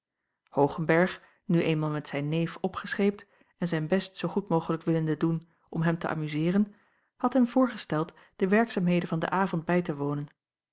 hoogenberg nu eenmaal met zijn neef opgescheept en zijn best zoo goed mogelijk willende doen om hem te amuzeeren had hem voorgesteld de werkzaamheden van den avond bij te wonen